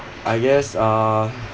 I guess uh